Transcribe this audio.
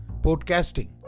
Podcasting